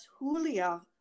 Julia